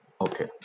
Okay